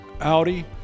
Audi